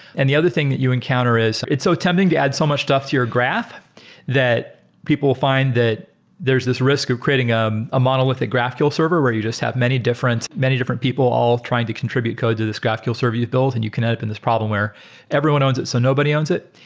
and the other thing that you encounter is it's so tempting to add so much stuff to your graph that people find that there's this risk of creating um a monolithic graphql server where you just have many different many different people all trying to contribute code to this graphql server you've built and you can open this problem where everyone owns it. so nobody owns it.